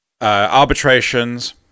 Arbitrations